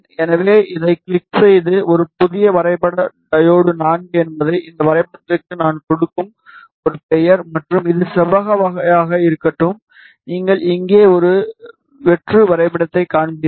எனவே இதைக் கிளிக் செய்க ஒரு புதிய வரைபட டையோடு IV என்பது இந்த வரைபடத்திற்கு நான் கொடுக்கும் ஒரு பெயர் மற்றும் இது செவ்வக வகையாக இருக்கட்டும் நீங்கள் இங்கே ஒரு வெற்று வரைபடத்தைக் காண்பீர்கள்